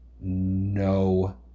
no